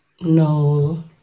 No